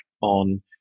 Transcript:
on